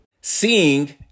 Seeing